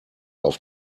auf